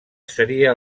seria